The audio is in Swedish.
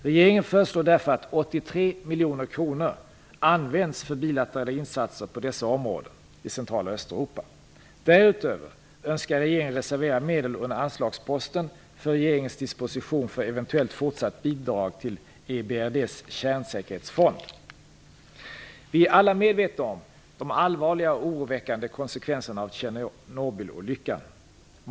Regeringen föreslår därför att 83 miljoner kronor används för bilaterala insatser på dessa områden i Central och Östeuropa. Därutöver önskar regeringen reservera medel under anslagsposten för regeringens disposition för eventuellt fortsatt bidrag till EBRD:s kärnsäkerhetsfond. Vi är alla medvetna om de allvarliga och oroväckande konsekvenserna av Tjernobylolyckan.